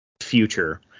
future